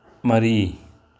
ꯃꯔꯤ